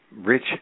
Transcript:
rich